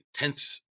intense